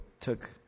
took